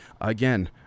Again